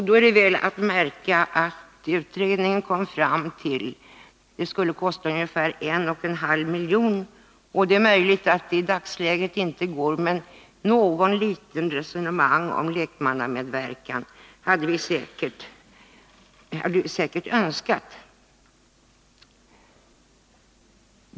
Då är att märka att utredningen kom fram till att det skulle kosta ungefär 1,5 milj.kr. Det är tänkbart att det är omöjligt att klara detta i dagsläget, men något litet resonemang om lekmannamedverkan hade varit önskvärt.